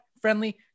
friendly